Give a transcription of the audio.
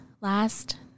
last